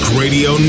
radio